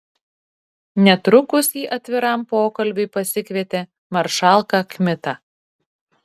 netrukus ji atviram pokalbiui pasikvietė maršalką kmitą